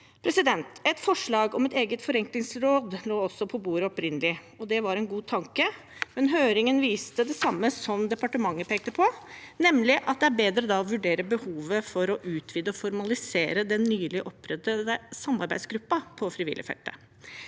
enklere. Et forslag om et eget forenklingsråd lå også på bordet opprinnelig, og det var en god tanke, men høringen viste det samme som departementet pekte på, nemlig at det er bedre å vurdere behovet for å utvide og formalisere den nylig opprettede samarbeidsgruppen på frivilligfeltet.